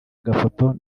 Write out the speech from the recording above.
agafoto